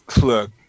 look